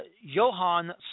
Johan